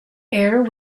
air